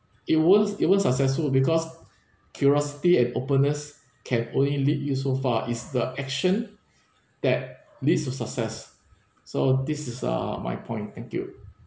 it won't it won't successful because curiosity and openness can only lead you so far is the action that leads to success so this is uh my point thank you